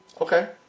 Okay